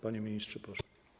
Panie ministrze, proszę.